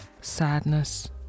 sadness